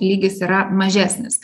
lygis yra mažesnis